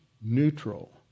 neutral